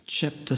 Chapter